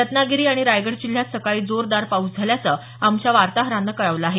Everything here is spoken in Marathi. रत्नागिरी आणि रायगड जिल्ह्यात सकाळी जोरदार पाऊस झाल्याचं आमच्या वार्ताहरानं कळवलं आहे